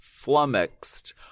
flummoxed